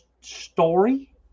story